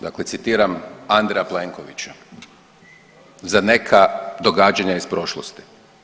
Dakle, citiram Andreja Plenkovića za neka događanja iz prošlosti.